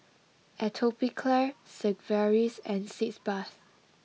Atopiclair Sigvaris and Sitz bath